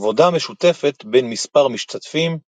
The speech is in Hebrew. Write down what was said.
עבודה משותפת בין מספר משתתפים –